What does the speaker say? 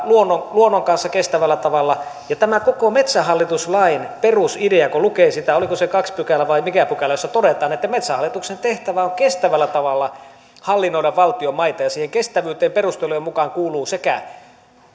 luonnon luonnon kanssa kestävällä tavalla hoidetaan ja tästä koko metsähallitus lain perusideasta kun lukee sitä oliko se toinen pykälä vai mikä pykälä jossa todetaan että metsähallituksen tehtävä on kestävällä tavalla hallinnoida valtionmaita ja siihen kestävyyteen perustelujen mukaan kuuluu